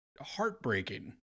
heartbreaking